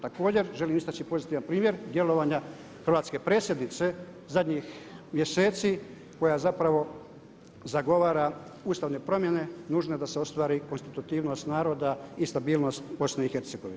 Također želim istači pozitivan primjer djelovanja hrvatske predsjednice zadnjih mjeseci koja zapravo zagovara ustavne promjene nužne da se ostvari konstitutivnost naroda i stabilnost BiH.